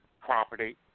property